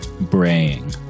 braying